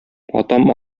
атам